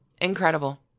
Incredible